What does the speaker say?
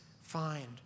find